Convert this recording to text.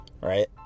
right